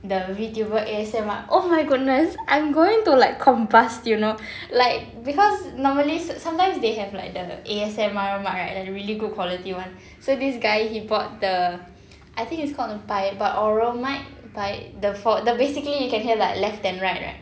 the VTuber A_S_M_R oh my goodness I'm going to like combust you know like because normally s~ sometimes they have like the A_S_M_R mic right like the really good quality one so this guy he bought the I think it's called a bi~ binaural mic bi~ the for the basically you can hear like left and right right